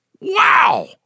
Wow